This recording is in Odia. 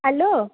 ଆଜ୍ଞା